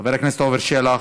חבר הכנסת עפר שלח,